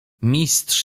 mistrz